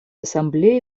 ассамблеей